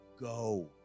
Go